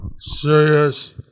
serious